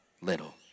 little